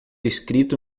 escrito